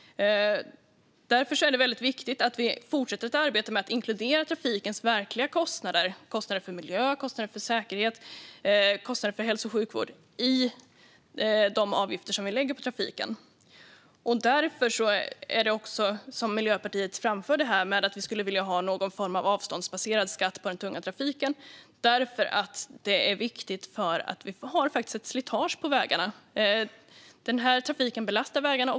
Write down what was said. Därför är det mycket viktigt att vi fortsätter att arbeta med att inkludera trafikens verkliga kostnader - kostnader för miljö, för säkerhet och för hälso och sjukvård - i de avgifter som vi lägger på trafiken. Därför skulle vi, som Miljöpartiet framförde här, vilja ha någon form av avståndsbaserad skatt på den tunga trafiken. Det är viktigt eftersom det faktiskt är ett slitage på vägarna. Denna trafik belastar vägarna.